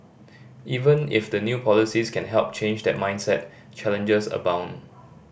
even if the new policies can help change that mindset challenges abound